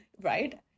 Right